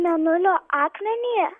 mėnulio akmenį